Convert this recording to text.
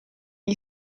gli